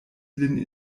lin